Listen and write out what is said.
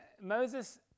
moses